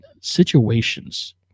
situations